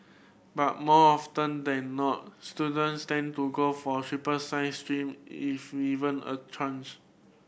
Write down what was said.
but more often than not students tend to go for triple science stream if even a chance